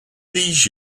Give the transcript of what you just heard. these